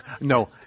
No